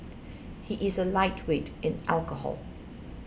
he is a lightweight in alcohol